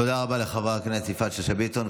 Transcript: תודה רבה לחברת הכנסת יפעת שאשא ביטון.